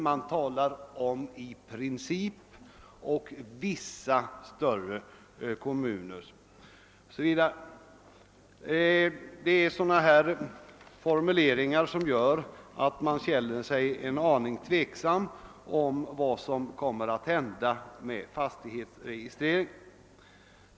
Man talar om »i princip» och om » vissa större kommuner». Det är dylika formuleringar som gör att jag känner mig en smula tveksam inför vad som kommer att hända med fastighetsregistreringen.